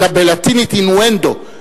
בלטינית "אינואנדו",